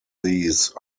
these